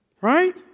Right